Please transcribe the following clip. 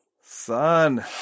son